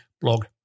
blog